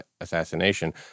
assassination